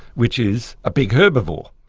which is a big herbivore.